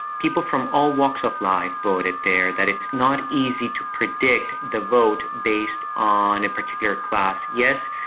people from all walks of life voted there, that it's not easy to predict the vote based on a particular class. yes,